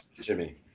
Jimmy